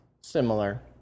similar